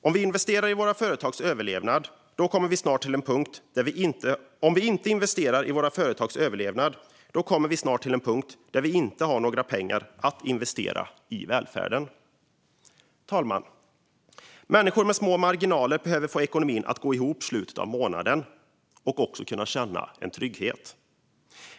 Om vi inte investerar i våra företags överlevnad kommer vi snart till en punkt där vi inte har några pengar att investera i välfärden. Fru talman! Människor med små marginaler behöver få ekonomin att gå ihop i slutet av månaden och känna trygghet.